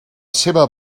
seva